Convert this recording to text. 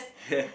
ya